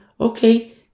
okay